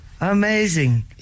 Amazing